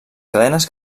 cadenes